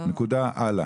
הלאה.